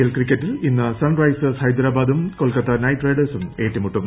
I P L ക്രിക്കറ്റിൽ ഇന്ന് Sunrisers ഹൈദ്രാബാദും കൊൽക്കത്ത നൈറ്റ് റൈഡേഴ്സും ഏറ്റുമുട്ടും